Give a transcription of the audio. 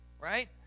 right